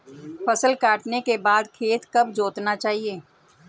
फसल काटने के बाद खेत कब जोतना चाहिये?